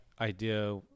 idea